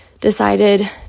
decided